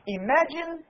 imagine